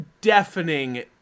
deafening